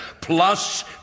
plus